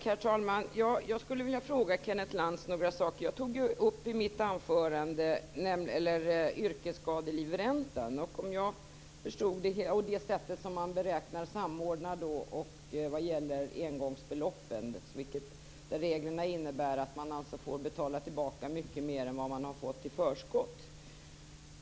Herr talman! Jag skulle vilja fråga Kenneth Lantz några saker. I mitt anförande tog jag upp yrkesskadelivräntan och det sätt man beräknar och samordnar den på vad gäller engångsbeloppen. Reglerna innebär att man får betala tillbaka mycket mer än vad man har fått i förskott.